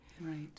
Right